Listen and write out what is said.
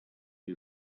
who